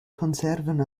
konserven